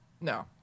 No